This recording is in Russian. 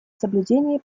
соблюдении